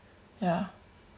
ya